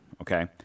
okay